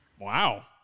Wow